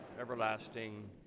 everlasting